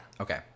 Okay